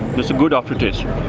it's a good after taste.